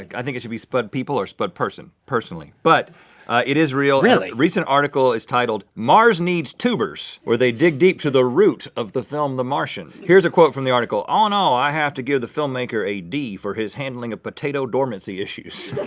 like i think it should be spudpeople or spudperson, personally, but it is real. really. and a recent article is titled mars needs tubers, where they dig deep to the root of the film the martian. here's a quote from the article all in all, i have to give the filmmaker a d for his handling of potato dormancy issues.